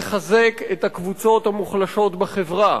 לחזק את הקבוצות המוחלשות בחברה.